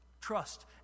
trust